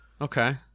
Okay